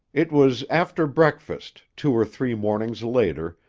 it was after breakfast, two or three mornings later,